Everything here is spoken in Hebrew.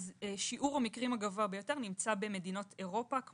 שיעור המקרים הגבוה ביותר נמצא במדינות אירופה,